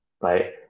right